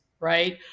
right